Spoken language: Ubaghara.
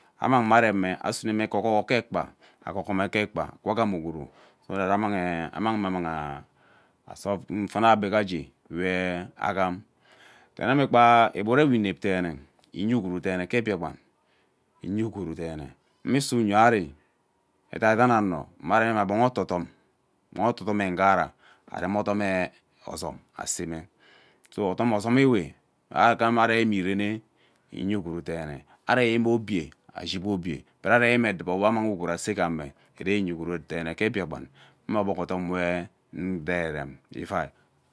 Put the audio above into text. Ammang me aren ume ara asuneme eghoghe gee ekpa agogho gee ekpa agham ugwuru so that ammang ee ammang me aa solve ufuna gbegia gee we agham then ame kga igwuru ewe inep deene ke biakpan iye ugwuru deene mmisu yioari edaidan ano ama ari mma gbong ere odom gbong ete odam me ughara arem odome ozom asema so odom ozom ewe aghana reme irene iye ugwuru deene are mime oobie ashi agba obie but aremime edubo we ammang ugwuru ase gbume ire iye ugwuru deene ke Biakpan mme ogbog odom we nverem ye ivai.